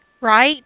Right